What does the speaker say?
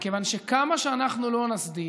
מכיוון שכמה שאנחנו לא נסדיר,